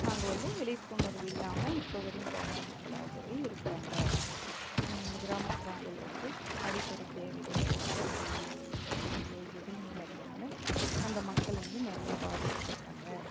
அங்கே வந்து விழிப்புணர்வு இல்லாமல் இப்போ வரையும் பாமர மக்களாகவே இருக்கிறாங்க கிராமப்புறங்களில் வந்து அடிப்படை தேவை என்னவோ அடிப்படை வசதியோ எதுவும் இல்லாததுனால் அந்த மக்கள் வந்து நிறைய பாதிக்கப்படுறாங்க